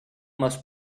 must